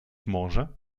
może